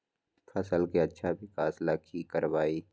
फसल के अच्छा विकास ला की करवाई?